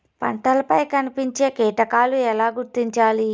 పంటలపై కనిపించే కీటకాలు ఎలా గుర్తించాలి?